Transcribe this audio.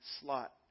slot